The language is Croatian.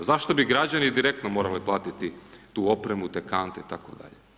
Zašto bi građani direktno morali platiti tu opremu, te kante itd.